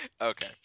Okay